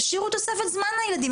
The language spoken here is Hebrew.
תשאירו תוספת זמן לילדים,